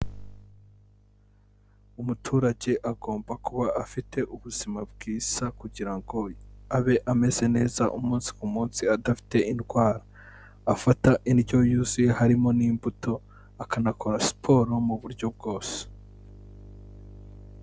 Umuturage agomba kuba afite ubuzima bwiza kugira ngo abe ameze neza umunsi ku munsi adafite indwara, afata indyo yuzuye harimo n'imbuto akanakora siporo mu buryo bwose.